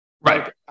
Right